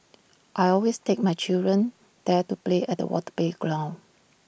I always take my children there to play at the water playground